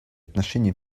отношения